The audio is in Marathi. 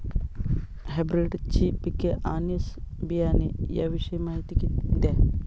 हायब्रिडची पिके आणि बियाणे याविषयी माहिती द्या